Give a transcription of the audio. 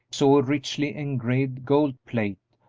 saw a richly engraved gold plate,